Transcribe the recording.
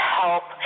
help